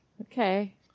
Okay